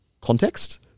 context